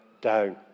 down